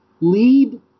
lead